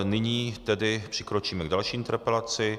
Nyní tedy přikročíme k další interpelaci.